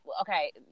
okay